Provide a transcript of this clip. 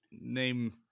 name